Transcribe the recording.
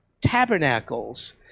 tabernacles